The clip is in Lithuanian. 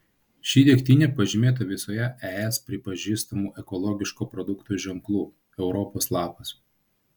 ši degtinė pažymėta visoje es pripažįstamu ekologiško produkto ženklu europos lapas